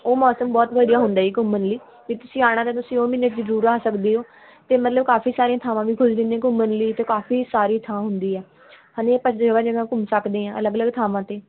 ਉਹ ਮੌਸਮ ਬਹੁਤ ਵਧੀਆ ਹੁੰਦਾ ਜੀ ਘੁੰਮਣ ਲਈ ਵੀ ਤੁਸੀਂ ਆਉਣਾ ਤਾਂ ਤੁਸੀਂ ਉਹ ਮਹੀਨੇ 'ਚ ਜ਼ਰੂਰ ਆ ਸਕਦੇ ਹੋ ਅਤੇ ਮਤਲਬ ਕਾਫੀ ਸਾਰੀਆਂ ਥਾਵਾਂ ਵੀ ਖੁੱਲ੍ਹ ਜਾਂਦੀਆਂ ਨੇ ਘੁੰਮਣ ਲਈ ਅਤੇ ਕਾਫੀ ਸਾਰੀ ਥਾਂ ਹੁੰਦੀ ਹੈ ਹਨੇ ਪਰ ਜਗ੍ਹਾ ਜਗ੍ਹਾ ਘੁੰਮ ਸਕਦੇ ਹਾਂ ਅਲੱਗ ਅਲੱਗ ਥਾਵਾਂ 'ਤੇ